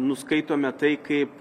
nuskaitome tai kaip